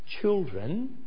children